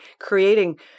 creating